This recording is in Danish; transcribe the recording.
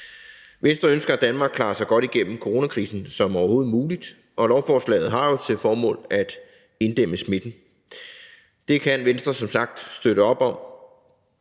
Venstre ønsker, at Danmark klarer sig så godt igennem coronakrisen som overhovedet muligt, og lovforslaget har jo til formål at inddæmme smitten. Det kan Venstre som sagt støtte op om.